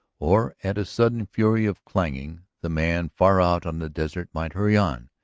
or, at a sudden fury of clanging, the man far out on the desert might hurry on,